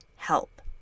help